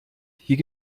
hier